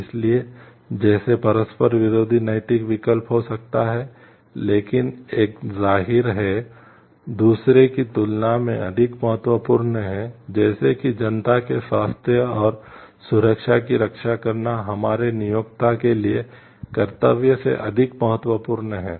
इसलिए जैसे परस्पर विरोधी नैतिक विकल्प हो सकते हैं लेकिन एक जाहिर है दूसरे की तुलना में अधिक महत्वपूर्ण है जैसे कि जनता के स्वास्थ्य और सुरक्षा की रक्षा करना हमारे नियोक्ता के लिए कर्तव्य से अधिक महत्वपूर्ण है